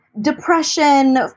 depression